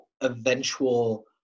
eventual